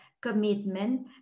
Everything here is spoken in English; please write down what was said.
commitment